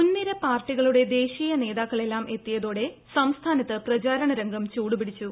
മുൻനിര പാർട്ടികളുടെ ദേശീയ നേതാക്കളെല്ലാം എത്തിയതോടെ സംസ്ഥാനത്ത് പ്രചാരണ രംഗം ചൂടുപിടിച്ചു